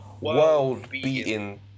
world-beating